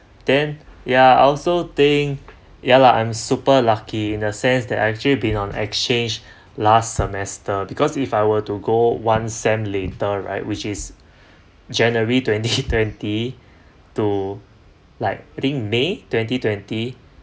then ya I also think ya lah I'm super lucky in the sense that I actually been on exchange last semester because if I were to go one sem~ later right which is january twenty twenty to like I think may twenty twenty